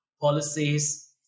policies